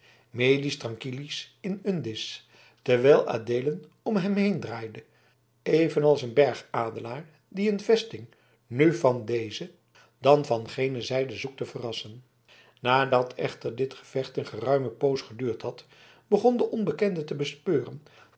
mediis tranquillus in undis terwijl adeelen om hem heen draaide even als een belegeraar die een vesting nu van deze dan van gene zijde zoekt te verrassen nadat echter dit gevecht een geruime poos geduurd had begon de onbekende te bespeuren